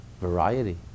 variety